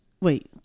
wait